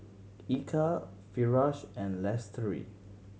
Eka Firash and Lestari